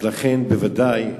לצערי הרב,